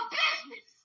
business